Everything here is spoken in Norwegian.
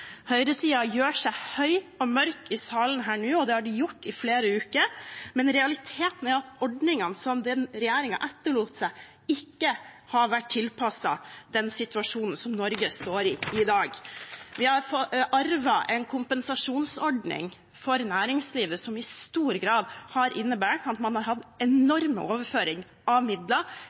gjør seg høy og mørk i salen her nå, og det har den gjort i flere uker, men realiteten er at ordningene som den regjeringen etterlot seg, ikke har vært tilpasset den situasjonen som Norge står i i dag. Vi har arvet en kompensasjonsordning for næringslivet som i stor grad har innebåret at man har hatt enorme overføringer av midler